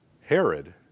Herod